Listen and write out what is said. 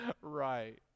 right